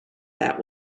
that